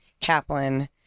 kaplan